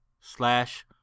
slash